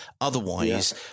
Otherwise